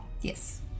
yes